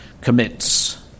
commits